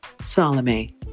Salome